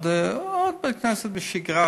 בשגרה,